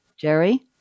Jerry